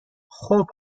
خوب